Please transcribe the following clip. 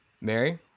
Mary